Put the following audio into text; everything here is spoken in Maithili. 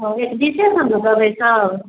ओ एक दिसेसँ देबै ईसभ